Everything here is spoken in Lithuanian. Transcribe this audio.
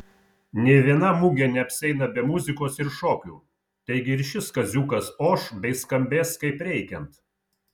nė viena mugė neapsieina be muzikos ir šokių taigi ir šis kaziukas oš bei skambės kaip reikiant